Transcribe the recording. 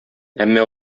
әмма